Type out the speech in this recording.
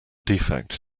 defect